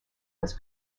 was